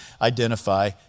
identify